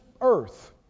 earth